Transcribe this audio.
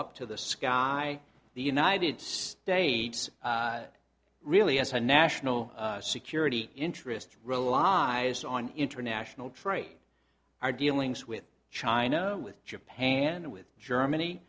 up to the sky the united states really has a national security interest relies on international trade our dealings with china with japan with germany